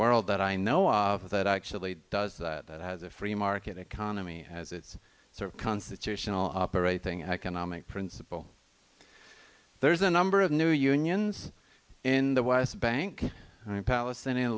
world that i know of that actually does that has a free market economy as its sort of constitutional operating economic principle there's a number of new unions in the west bank palestinian